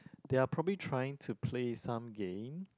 they are probably trying to play some game